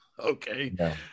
Okay